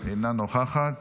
אינו נוכח,